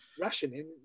Rationing